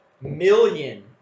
million